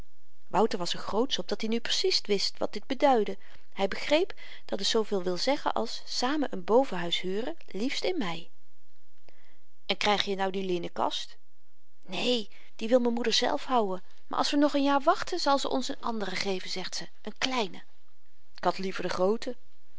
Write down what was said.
wouter was er grootsch op dat-i nu precies wist wat dit beduidde hy begreep dat het zooveel wil zeggen als samen n bovenhuis huren liefst in mei en kryg je nou die linnenkast neen die wil m'n moeder zelf houden maar als we nog n jaar wachten zal ze ons n andere geven zegt ze n kleine k had liever de groote